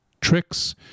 tricks